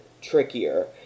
trickier